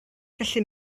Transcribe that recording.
gallu